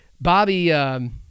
Bobby